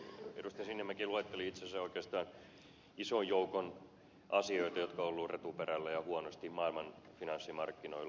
sinnemäki luetteli itse asiassa oikeastaan ison joukon asioita jotka ovat olleet retuperällä ja huonosti maailman finanssimarkkinoilla